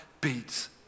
beats